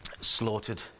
Slaughtered